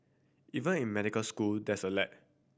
even in medical school there's a lag